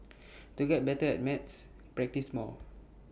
to get better at maths practise more